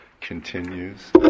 continues